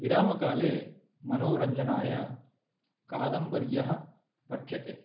विरामकाले मनोरञ्जनाय कादम्बर्यः पठ्यते